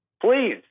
please